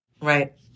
Right